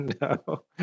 No